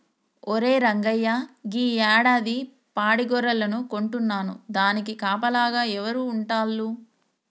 ఒరే రంగయ్య గీ యాడాది పాడి గొర్రెలను కొంటున్నాను దానికి కాపలాగా ఎవరు ఉంటాల్లు